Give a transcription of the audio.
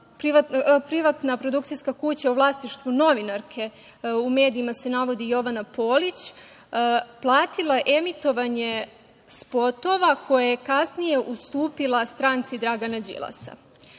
privatna produkcijska kuća u vlasništvu novinarke, u medijima se navodi Jovana Polić, platila je emitovanje spotova koje je kasnije ustupila stranci Dragana Đilasa.